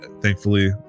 thankfully